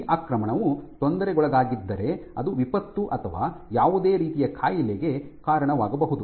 ಈ ಆಕ್ರಮಣವು ತೊಂದರೆಗೊಳಗಾಗಿದ್ದರೆ ಅದು ವಿಪತ್ತು ಅಥವಾ ಯಾವುದೇ ರೀತಿಯ ಕಾಯಿಲೆಗೆ ಕಾರಣವಾಗಬಹುದು